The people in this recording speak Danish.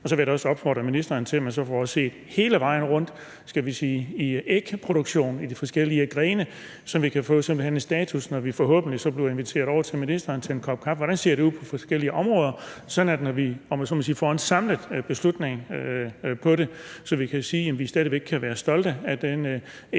Så vil jeg da også opfordre ministeren til, at man prøver at se hele vejen rundt i ægproduktionen i de forskellige grene, så vi simpelt hen kan få en status, når vi forhåbentlig bliver inviteret over til ministeren til en kop kaffe, altså på, hvordan det ser det ud på de forskellige områder, sådan at vi, når vi, om jeg så må sige, får en samlet beslutning i forhold til det, så vi kan sige, at vi stadig væk kan være stolte af den ægproduktion,